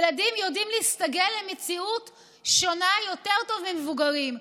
ילדים יודעים להסתגל למציאות שונה יותר טוב ממבוגרים.